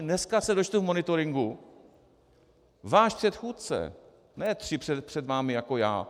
Dneska se dočtu v monitoringu váš předchůdce, ne tři před vámi jako já.